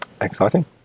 Exciting